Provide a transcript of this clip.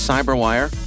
Cyberwire